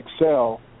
excel